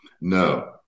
No